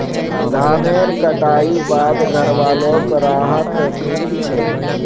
धानेर कटाई बाद घरवालोक राहत मिली छे